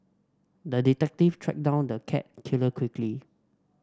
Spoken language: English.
the detective tracked down the cat killer quickly